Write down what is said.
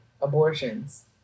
abortions